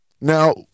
now